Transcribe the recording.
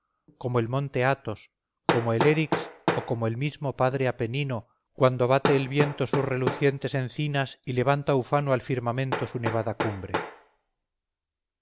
como el monte atos como el erix o como el mismo padre apenino cuando bate el viento sus relucientes encinas y levanta ufano al firmamento su nevada cumbre